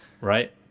right